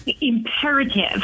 imperative